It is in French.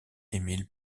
emil